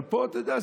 אבל פה אתה יודע,